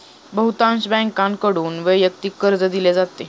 बहुतांश बँकांकडून वैयक्तिक कर्ज दिले जाते